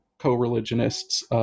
co-religionists